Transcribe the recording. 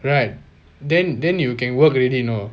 right then then you can work already you know